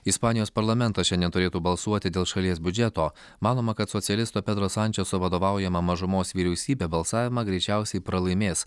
ispanijos parlamentas šiandien turėtų balsuoti dėl šalies biudžeto manoma kad socialisto pedro sančeso vadovaujama mažumos vyriausybė balsavimą greičiausiai pralaimės